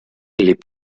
les